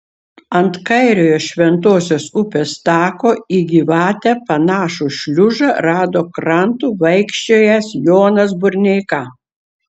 ant kairiojo šventosios upės tako į gyvatę panašų šliužą rado krantu vaikščiojęs jonas burneika